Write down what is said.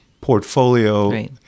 portfolio